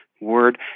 word